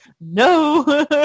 no